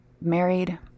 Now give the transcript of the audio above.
married